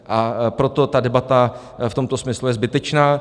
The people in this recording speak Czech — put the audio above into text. A proto ta debata v tomto smyslu je zbytečná.